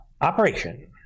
Operation